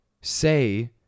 say